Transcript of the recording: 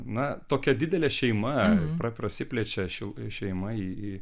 na tokia didelė šeima pra prasiplečia ši šeima į į